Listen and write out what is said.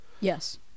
Yes